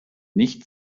nicht